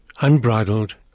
unbridled